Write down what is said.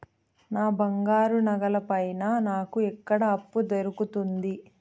నా బంగారు నగల పైన నాకు ఎక్కడ అప్పు దొరుకుతుంది